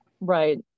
Right